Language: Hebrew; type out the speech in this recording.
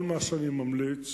כל מה שאני ממליץ,